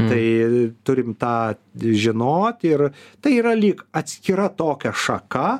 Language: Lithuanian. tai turim tą žinot ir tai yra lyg atskira tokia šaka